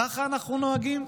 ככה אנחנו נוהגים?